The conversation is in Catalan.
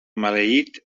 maleït